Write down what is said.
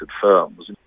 firms